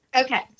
Okay